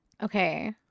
okay